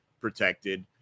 protected